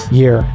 year